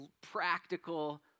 practical